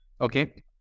Okay